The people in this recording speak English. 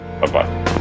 Bye-bye